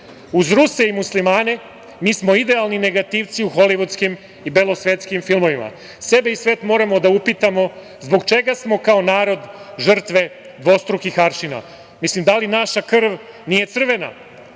Uz Ruse i Muslimane, mi smo idealni negativci u holivudskim i belosvetskim filmovima. Sebe i svet moramo da upitamo zbog čega smo kao narod žrtve dvostrukih aršina. Mislim, da li naša krv nije crvena,